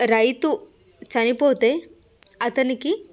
రైతు చనిపోతే అతనికి